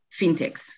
fintechs